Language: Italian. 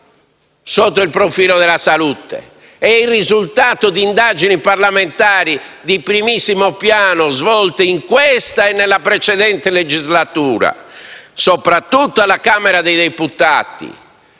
sotto il profilo della salute. È il risultato di indagini parlamentari di primissimo piano svolte in questa e nella precedente legislatura, soprattutto alla Camera dei deputati,